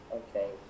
okay